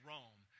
Rome